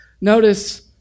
Notice